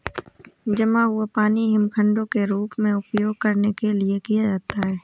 जमा हुआ पानी हिमखंडों के रूप में उपयोग करने के लिए किया जाता है